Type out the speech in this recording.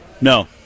No